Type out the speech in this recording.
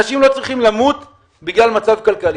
אנשים לא צריכים למות בגלל מצב כלכלי.